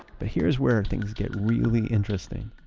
but here's where things get really interesting